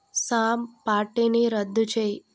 Sam పార్టీని రద్దు చేయ్